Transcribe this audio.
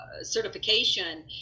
certification